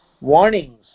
warnings